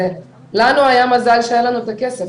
לנו היה מזל שהיה לנו את הכסף,